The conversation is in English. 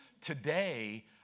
Today